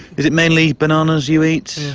is it mainly bananas you eat?